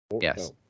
Yes